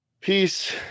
Peace